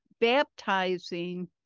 baptizing